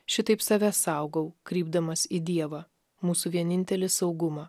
šitaip save saugau krypdamas į dievą mūsų vienintelį saugumą